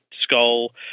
skull